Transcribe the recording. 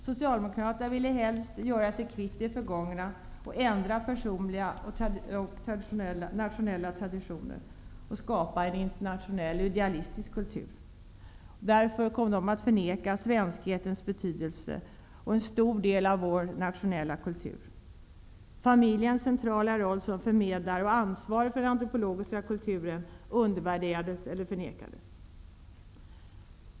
Socialdemokraterna ville helst göra sig kvitt det förgångna, ändra personliga och nationella traditioner och skapa en internationell, idealistisk kultur. Därför kom de att förneka svenskhetens betydelse och en stor del av vår nationella kultur. Familjens centrala roll som förmedlare och ansvarig för den antropologiska kulturen undervärderades eller förnekades.